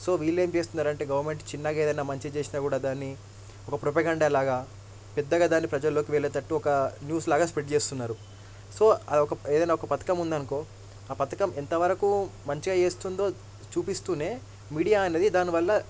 so వీళ్ళేం చేస్తున్నారంటే government చిన్నగా ఏదైనా మంచి చేసినా కూడా దాన్ని ఒక ప్రోపగ్యాండా లాగా పెద్దగా దాన్ని ప్రజల్లోకి వెళ్ళేట్టు ఒక న్యూస్ లాగా స్ప్రెడ్ చేస్తున్నారు సో ఆ ఒక ఏదైనా ఒక పథకం ఉందనుకో ఆ పథకం ఎంతవరకు మంచిగా చేస్తుందో చూపిస్తూనే మీడియా అనేది దానివల్ల